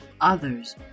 others